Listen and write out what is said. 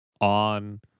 on